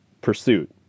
pursuit